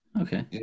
Okay